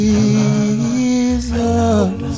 Jesus